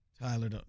Tyler